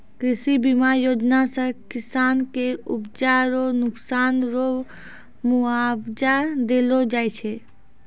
कृषि बीमा योजना से किसान के उपजा रो नुकसान रो मुआबजा देलो जाय छै